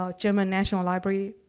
ah german national library,